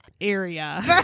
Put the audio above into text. area